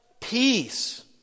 peace